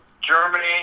Germany